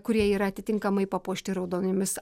kurie yra atitinkamai papuošti raudonomis